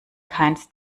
keins